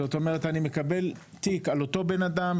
זאת אומרת אני מקבל תיק על אותו בן אדם,